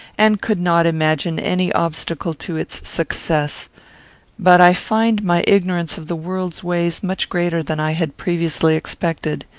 and could not imagine any obstacle to its success but i find my ignorance of the world's ways much greater than i had previously expected.